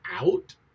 out